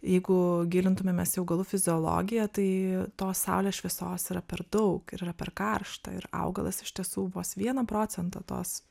jeigu gilintumėmės į augalų fiziologiją tai tos saulės šviesos yra per daug ir yra per karšta ir augalas iš tiesų vos vieną procentą tos